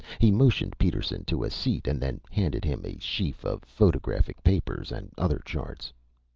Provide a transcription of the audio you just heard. he motioned peterson to a seat and then handed him a sheaf of photographic papers and other charts.